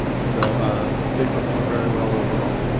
so they perform very well overall.